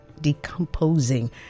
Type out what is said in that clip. decomposing